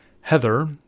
Heather